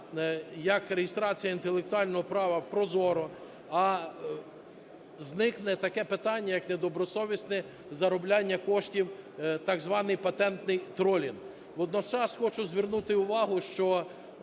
як реєстрація інтелектуального права прозоро. А зникне таке питання, як недобросовісне заробляння коштів, так званий патентний тролінг. Водночас хочу звернути увагу, що